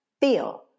feel